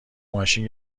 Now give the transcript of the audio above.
ماشین